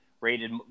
rated –